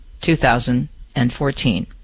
2014